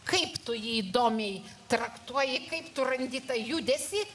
kaip tu jį įdomiai traktuoji kaip tu randi tą judesį